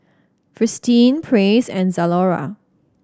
Fristine Praise and Zalora